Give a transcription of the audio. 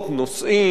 נושאים,